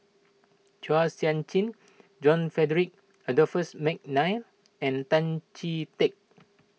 Chua Sian Chin John Frederick Adolphus McNair and Tan Chee Teck